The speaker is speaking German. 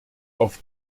auf